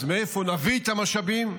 אז מאיפה נביא את המשאבים?